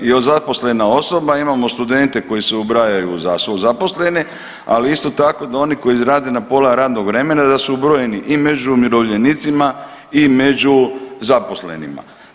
i zaposlena osoba imaju studente koji se ubrajaju u zaposlene, ali da isto tako da oni koji rade na pola radnog vremena, da su ubrojeni i među umirovljenicima i među zaposlenima.